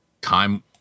time